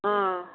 ꯑꯥ